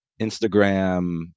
Instagram